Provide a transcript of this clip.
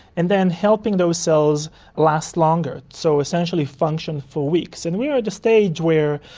and then helping those cells last longer, so essentially function for weeks. and we are at the stage where,